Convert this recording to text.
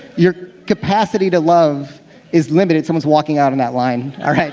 your capacity to love is limited. someone's walking out on that line. ah